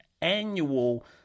annual